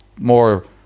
more